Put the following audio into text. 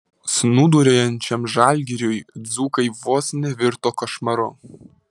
snūduriuojančiam žalgiriui dzūkai vos nevirto košmaru